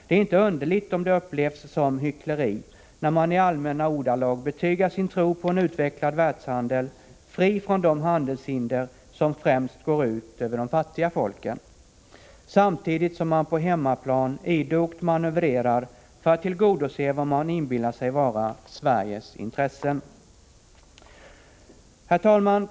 Det är inte underligt om det upplevs som hyckleri när man i allmänna ordalag betygar sin tro på en utvecklad världshandel, fri från de handelshinder som främst går ut över de fattiga folken, samtidigt som man på hemmaplan idogt manövrerar för att tillgodose vad man inbillar sig vara Sveriges intressen. Herr talman!